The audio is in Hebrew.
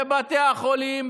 בבתי החולים,